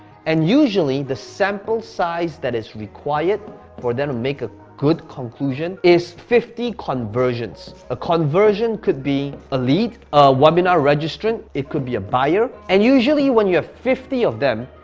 and usually the sample size that is required for them to make a good conclusion is fifty conversions. a conversion could be a lead, a webinar registrant, it could be a buyer. and usually when you have fifty of them,